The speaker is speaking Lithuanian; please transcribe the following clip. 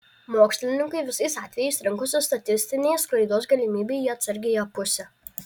mokslininkai visais atvejais rinkosi statistinės klaidos galimybę į atsargiąją pusę